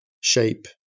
shape